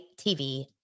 TV